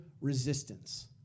resistance